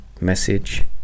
message